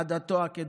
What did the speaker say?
עדתו הקדושה".